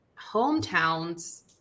hometowns